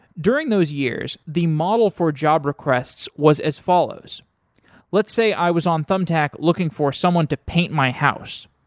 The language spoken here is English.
during those years, the model for a job requests was as follows let's say i was on thumbtack looking for someone to paint my house.